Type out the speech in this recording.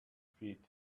feet